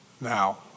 Now